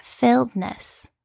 filledness